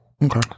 Okay